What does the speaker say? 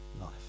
life